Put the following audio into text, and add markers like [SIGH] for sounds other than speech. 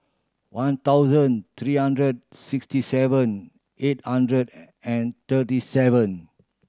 one thousand three hundred sixty seven eight hundred [UNINTELLIGIBLE] and thirty seven